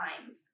times